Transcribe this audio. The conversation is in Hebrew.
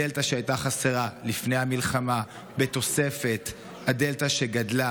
הדלתא שהייתה חסרה לפני המלחמה בתוספת הדלתא שגדלה